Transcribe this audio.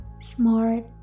smart